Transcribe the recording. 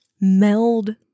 meld